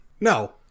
No